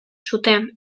zuten